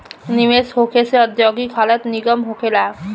निवेश होखे से औद्योगिक हालत निमन होखे ला